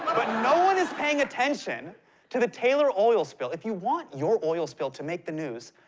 but no one is paying attention to the taylor oil spill. if you want your oil spill to make the news,